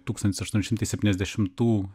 tūkstantis aštuoni šimtai septyniasdešimtų